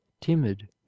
timid